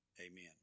Amen